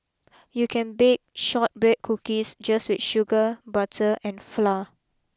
you can bake shortbread cookies just with sugar butter and flour